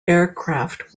aircraft